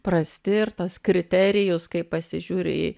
prasti ir tas kriterijus kai pasižiūri į